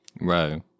Right